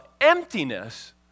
emptiness